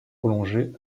prolongée